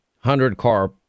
hundred-car